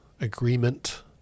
agreement